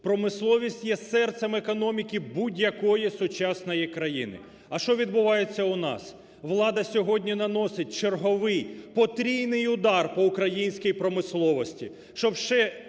Промисловість є серцем економіки будь-якої сучасної країни. А що відбувається у нас? Влада сьогодні наносить черговий потрійний удар по українській промисловості,